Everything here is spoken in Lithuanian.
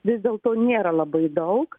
vis dėlto nėra labai daug